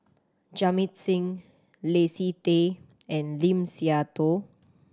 Jamit Singh Leslie Tay and Lim Siah Tong